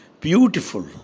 Beautiful